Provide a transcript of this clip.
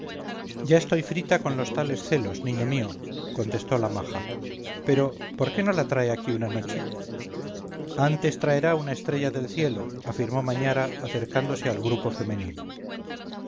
ya estoy frita con los tales celos niño mío contestó la maja pero por qué no la trae aquí una noche antes traerá una estrella del cielo afirmó mañara acercándose al grupo femenino